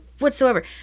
Whatsoever